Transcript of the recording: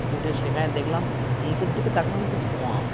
উঠে সেখানে দেখলাম নিচের দিকে তাকলাম তো ধোঁয়া